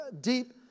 deep